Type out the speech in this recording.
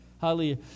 Hallelujah